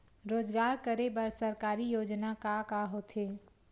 रोजगार करे बर सरकारी योजना का का होथे?